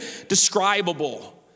Indescribable